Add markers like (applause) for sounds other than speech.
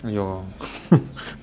!aiyo! (laughs)